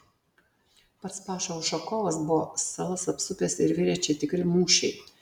pats paša ušakovas buvo salas apsupęs ir virė čia tikri mūšiai